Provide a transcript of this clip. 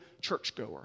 churchgoer